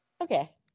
Okay